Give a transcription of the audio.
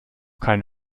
keine